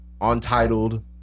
Untitled